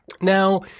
Now